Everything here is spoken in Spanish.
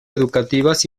educativas